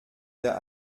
wer